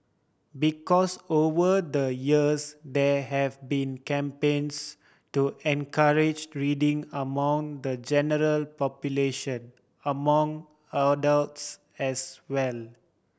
because over the years there have been campaigns to encourage reading among the general population among adults as well